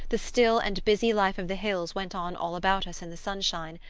the still and busy life of the hills went on all about us in the sunshine,